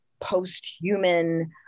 post-human